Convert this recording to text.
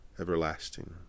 everlasting